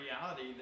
reality